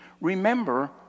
Remember